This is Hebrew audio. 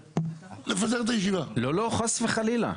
לא לא, חס וחלילה.